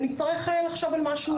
ונצטרך לחשוב על משהו,